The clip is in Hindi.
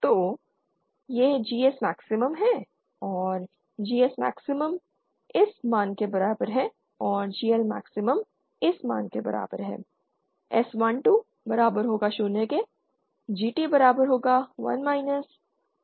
तो यह GS मैक्सिमम है और G Smax इस मान के बराबर है और GLmax इस मान के बराबर है